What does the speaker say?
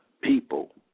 people